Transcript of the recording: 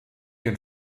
den